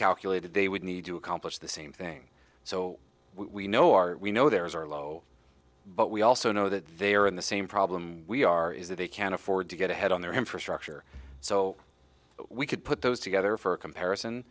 calculated they would need to accomplish the same thing so we know are we know there is are low but we also know that they are in the same problem we are is that they can't afford to get ahead on their infrastructure so we could put those together for comparison